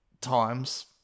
times